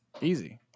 Easy